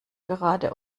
gerade